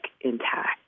intact